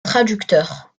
traducteur